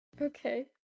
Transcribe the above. Okay